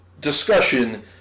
discussion